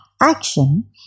action